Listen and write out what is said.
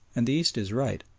and the east is right.